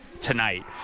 tonight